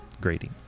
grading